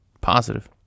positive